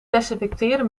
desinfecteren